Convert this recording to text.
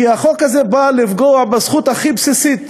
כי החוק הזה בא לפגוע בזכות הכי בסיסית